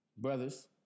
Brothers